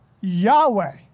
Yahweh